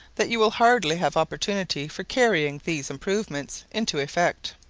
that you will hardly have opportunity for carrying these improvements into effect.